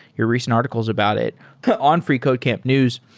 your recent articles about it on freecodecamp news.